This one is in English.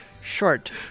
short